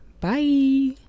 Bye